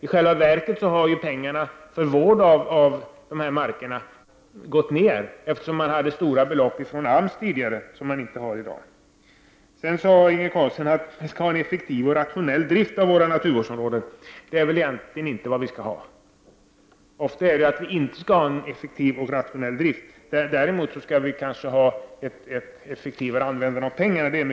I själva verket har pengarna för vård av dessa marker minskat i omfattning; man fick nämligen tidigare stora belopp från AMS, men dessa belopp får man inte i dag. Inge Carlsson sade att vi skall ha en effektiv och rationell drift av våra naturvårdsområden. Men detta är väl egentligen inte vad vi skall ha. Ofta är det inte en effektiv och rationell drift vi skall ha — det är däremot mycket möjligt att vi skall ha en effektivare användning av pengarna.